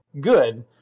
good